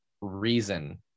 reason